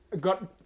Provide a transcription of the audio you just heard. got